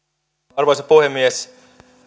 arvoisa puhemies